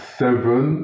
seven